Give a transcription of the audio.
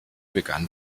begann